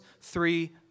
three